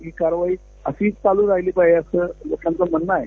ही कारवाई अशीच चालू राहीली पाहिजे असं लोकांचं म्हणण आहे